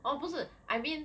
orh 不是 I mean